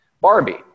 Barbie